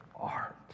art